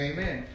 Amen